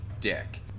dick